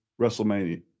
WrestleMania